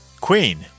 Queen